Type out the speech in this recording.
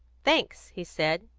thanks! he said,